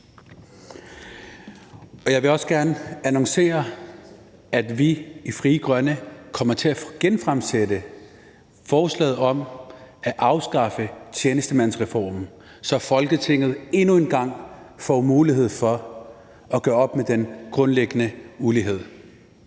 Jeg vil også gerne annoncere, at vi i Frie Grønne kommer til at genfremsætte forslaget om at afskaffe tjenestemandsreformen, så Folketinget endnu en gang får mulighed for at gøre op med den grundlæggende ulighed.